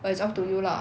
but it's up to you lah